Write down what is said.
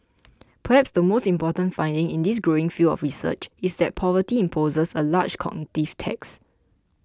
perhaps the most important finding in this growing field of research is that poverty imposes a large cognitive tax